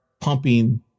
pumping